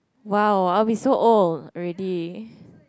!wow! I'll be so old already